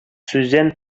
сүздән